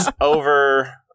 over